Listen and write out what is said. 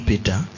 Peter